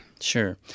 Sure